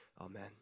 amen